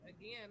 again